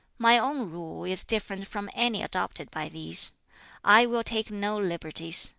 my own rule is different from any adopted by these i will take no liberties,